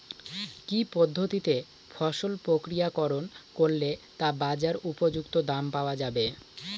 কি পদ্ধতিতে ফসল প্রক্রিয়াকরণ করলে তা বাজার উপযুক্ত দাম পাওয়া যাবে?